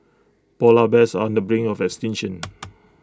Polar Bears on the brink of extinction